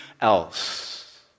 else